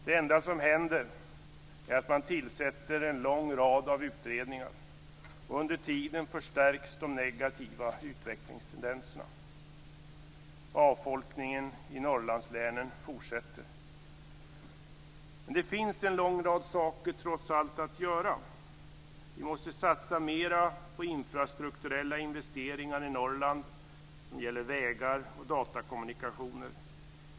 Det enda som händer är att man tillsätter en lång rad utredningar. Under tiden förstärks de negativa utvecklingstendenserna. Avfolkningen i Norrlandslänen fortsätter. Det finns trots allt en lång rad saker att göra. Vi måste satsa mera på infrastrukturella investeringar i Norrland, som vägar och datakommunikationer.